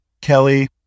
Kelly